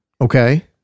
okay